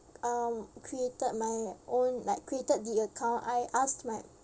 um created my own like created the account I asked my